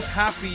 Happy